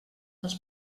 els